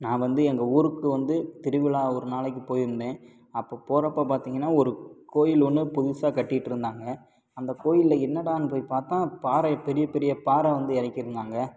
நான் வந்து எங்கள் ஊருக்கு வந்து திருவிழா ஒரு நாளைக்கு போய்ருந்தேன் அப்போ போகிறப்ப பார்த்தீங்கன்னா ஒரு கோவில் ஒன்று புதுசாக கட்டிட்டுருந்தாங்க அந்த கோவில்ல என்னடான்னு போய் பார்த்தா பாறை பெரிய பெரிய பாறை வந்து இறக்கி இருந்தாங்க